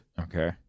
Okay